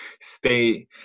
stay